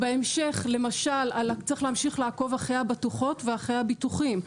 בהמשך למשל צריך להמשיך לעקוב אחרי הבטוחות ואחרי הביטוחים,